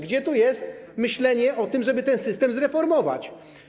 Gdzie tu jest myślenie o tym, żeby ten system zreformować?